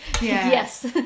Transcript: Yes